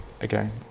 Again